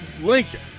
Lincoln